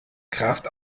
kraft